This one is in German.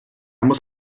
muss